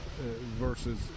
versus